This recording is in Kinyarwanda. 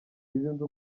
nzu